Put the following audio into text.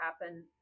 happen